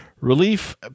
relief